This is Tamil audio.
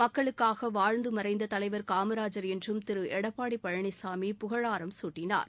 மக்களுக்காகவாழ்ந்தமறைந்ததலைவர் காமராஜர் என்றும் திருஎடப்பாடிபழனிசாமி புகழாரம் சூட்டினார்